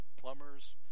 plumbers